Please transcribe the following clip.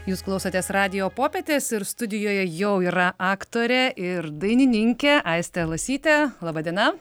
jūs klausotės radijo popietės ir studijoje jau yra aktorė ir dainininkė aistė lasytė laba diena